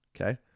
Okay